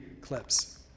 clips